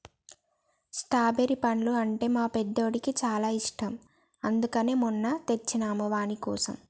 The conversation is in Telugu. స్ట్రాబెరి పండ్లు అంటే మా పెద్దోడికి చాలా ఇష్టం అందుకనే మొన్న తెచ్చినం వానికోసం